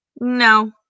no